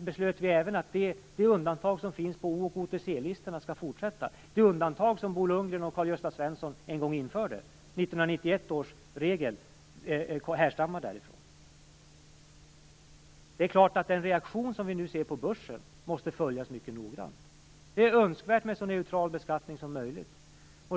beslöt vi även att det undantag som finns för företag på OTC-listorna skall fortsätta, det undantag som Bo 1991 års regel härstammar därifrån. Det är klart att den reaktion vi nu ser på börsen måste följas mycket noggrant. Det är önskvärt med så neutral beskattning som möjligt.